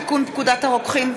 (תיקון,